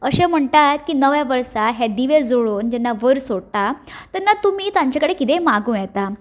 अशें म्हणटात की नव्या वर्सा हे दिवे जळोवन जेन्ना वयर सोडटा तेन्ना तुमी तांचे कडेन तुमी किदेंय मागूं येता